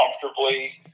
comfortably